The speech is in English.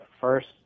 first